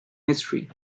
history